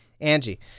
Angie